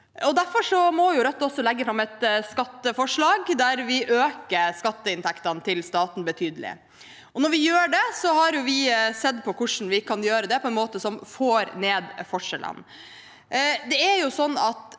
Derfor legger Rødt fram et skatteforslag der vi øker skatteinntektene til staten betydelig, og vi har sett på hvordan vi kan gjøre det på en måte som får ned forskjellene.